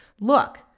look